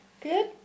Good